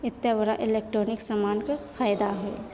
एतेक बड़ा इलेक्ट्रोनिक समानके फैदा होइत छै